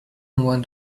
want